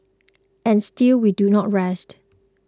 and still we do not rest